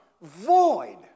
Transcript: Void